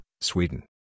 Sweden